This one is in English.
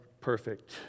perfect